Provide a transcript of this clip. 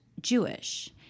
Jewish